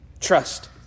Trust